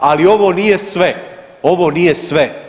Ali ovo nije sve, ovo nije sve.